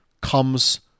comes